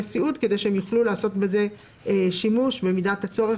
הסיעוד כדי שהם יוכלו לעשות בזה שימוש במידת הצורך,